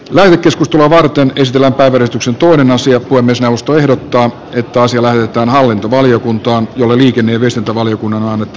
lähetystä varten ystävänpäivän suttuinen asia kuin myös puhemiesneuvosto ehdottaa että asia lähetetään hallintovaliokuntaan jolle liikenne ja viestintävaliokunnan on annettava lausunto